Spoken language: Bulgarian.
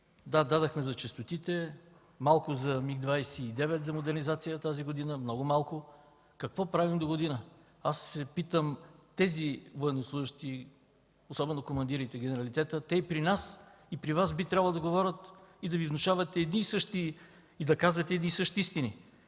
Да, дадохме за честотите, малко за модернизацията на Миг-29 тази година, много малко. А какво правим догодина? Аз се питам тези военнослужещи, особено командирите и генералитета, те и при нас, и при Вас би трябвало да говорят и да Ви внушават, и да казват едни и същи истини.